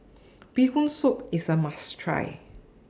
Bee Hoon Soup IS A must Try